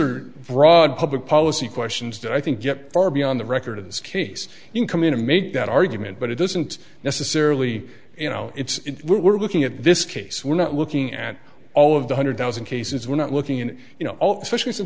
are broad public policy questions that i think get far beyond the record of this case in come in and make that argument but it doesn't necessarily you know it's we're looking at this case we're not looking at all of the hundred thousand cases we're not looking in you know especially since